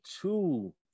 two